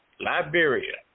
Liberia